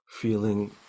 Feeling